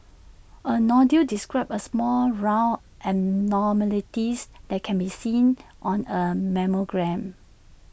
A nodule describes A small round abnormalities that can be seen on A mammogram